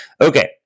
Okay